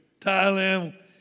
Thailand